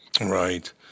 right